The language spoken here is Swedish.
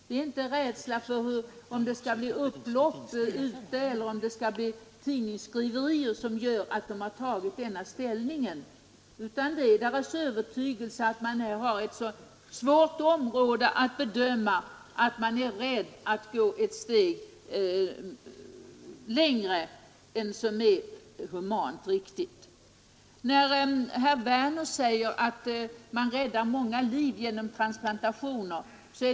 Det är inte rädsla för att det skall bli upplopp eller tidningsskriverier som gör att socialstyrelsen har tagit denna ställning utan övertygelsen om att detta område är så svårt att bedöma och att man inte vill gå ett steg längre än som är humant riktigt. Herr Werner säger att man räddar många liv genom transplantationer.